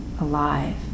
alive